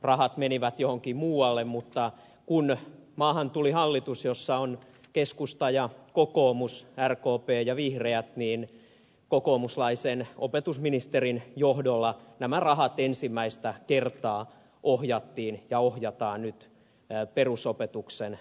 rahat menivät johonkin muualle mutta kun maahan tuli hallitus jossa on keskusta ja kokoomus rkp ja vihreät niin kokoomuslaisen opetusministerin johdolla nämä rahat ensimmäistä kertaa ohjattiin ja ohjataan nyt perusopetuksen parantamiseen